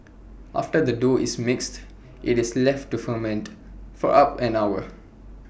after the dough is mixed IT is left to ferment for up an hour